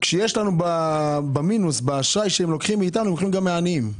כשיש לנו במינוס באשראי לוקחים מהעשירים אבל גם מעניים.